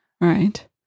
Right